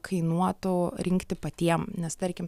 kainuotų rinkti patiem nes tarkim